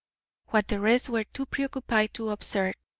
what the rest were too preoccupied to observe,